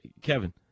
Kevin